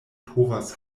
povas